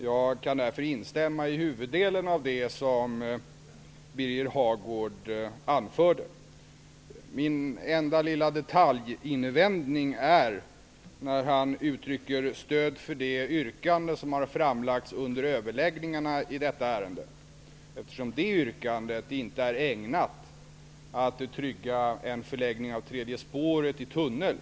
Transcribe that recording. Jag kan därför instämma i huvuddelen av det som Min enda lilla detaljinvändning gäller att han uttrycker stöd för det yrkande som har framlagts under överläggningarna i detta ärende. Det yrkandet är nämligen inte ägnat att trygga en förläggning av tredje spåret i tunnel.